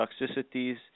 toxicities